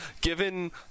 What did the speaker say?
Given